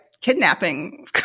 kidnapping